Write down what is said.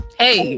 hey